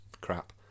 crap